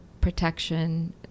protection